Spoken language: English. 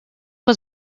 was